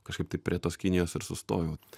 kažkaip tai prie tos kinijos ir sustojau